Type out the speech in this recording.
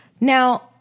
Now